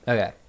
Okay